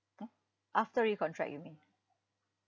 !huh! after recontract you mean